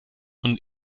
und